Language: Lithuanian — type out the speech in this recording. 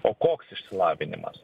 o koks išsilavinimas